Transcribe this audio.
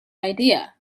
idea